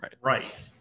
Right